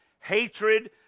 Hatred